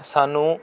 ਸਾਨੂੰ